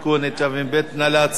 התשע"ב 2012. נא להצביע.